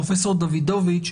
פרופ' דוידוביץ,